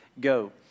go